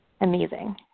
amazing